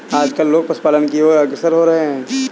आजकल लोग पशुपालन की और अग्रसर हो रहे हैं